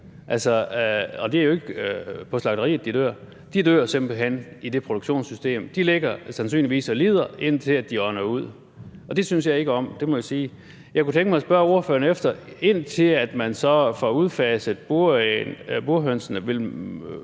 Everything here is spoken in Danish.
De dør simpelt hen i det produktionssystem. De ligger sandsynligvis og lider, indtil de udånder. Det synes jeg ikke om, det må jeg sige. Jeg kunne tænke mig at spørge ordføreren om noget. Indtil man så får udfaset burhønsene,